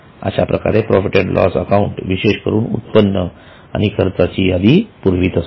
अशाप्रकारे profit and loss account विशेषकरून उत्पन्न आणि खर्चाची यादी पुरवीत असते